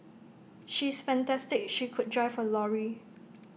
she is fantastic she could drive A lorry